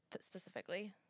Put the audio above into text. specifically